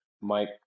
mike